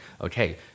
okay